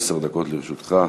עשר דקות לרשותך.